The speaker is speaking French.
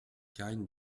karine